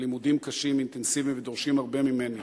הלימודים קשים, אינטנסיביים, ודורשים הרבה ממני.